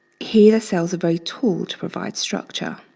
here cells are very tall to provide structure.